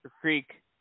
Creek